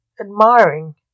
admiring